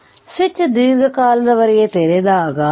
ಆದ್ದರಿಂದ ಸ್ವಿಚ್ ದೀರ್ಘಕಾಲದವರೆಗೆ ತೆರೆದಾಗ